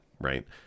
right